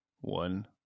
One